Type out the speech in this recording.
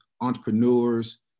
entrepreneurs